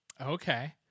Okay